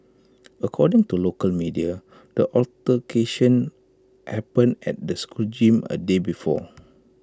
according to local media the altercation happened at the school gym A day before